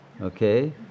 Okay